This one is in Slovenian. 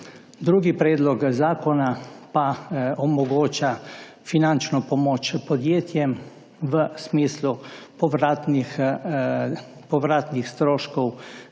Drugi predlog zakona pa omogoča finančno pomoč podjetjem v smislu povratnih stroškov